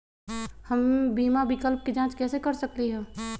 हम बीमा विकल्प के जाँच कैसे कर सकली ह?